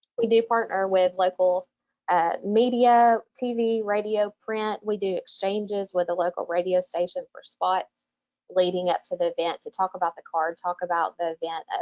we do partner with local ah media, tv, radio, print. we do exchanges with a local radio station for spots leading up to the event to talk about the card, talk about the event.